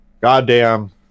goddamn